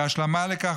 כהשלמה לכך,